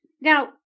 Now